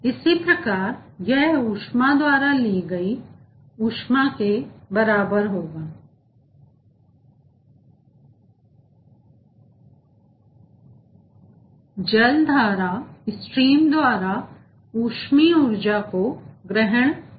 इसी प्रकार यह ऊष्मा द्वारा ली गई ऊष्मा के बराबर होगा जल धारास्ट्रीम द्वारा ऊष्मीय ऊर्जा को ग्रहण करना